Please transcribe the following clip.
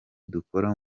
dukora